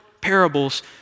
parables